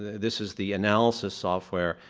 this is the analysis software